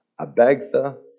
Abagtha